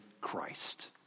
Christ